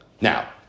Now